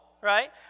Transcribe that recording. right